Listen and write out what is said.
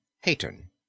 Hayton